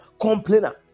Complainer